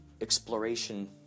exploration